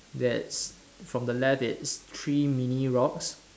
there's from the left it's three mini rocks